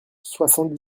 soixante